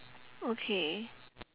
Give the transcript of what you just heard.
okay